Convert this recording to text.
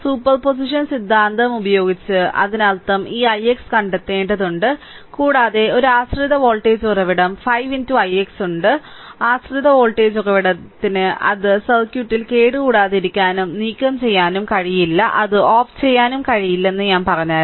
superposition സിദ്ധാന്തം ഉപയോഗിച്ച് അതിനർത്ഥം ഈ ix കണ്ടെത്തേണ്ടതുണ്ട് കൂടാതെ ഒരു ആശ്രിത വോൾട്ടേജ് ഉറവിടം 5 ix ഉണ്ട് ആശ്രിത വോൾട്ടേജ് ഉറവിടത്തിന് അത് സർക്യൂട്ടിൽ കേടുകൂടാതെയിരിക്കാനും നീക്കംചെയ്യാനും കഴിയില്ല അത് ഓഫ് ചെയ്യാനും കഴിയില്ലെന്നും ഞാൻ പറഞ്ഞു